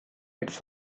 its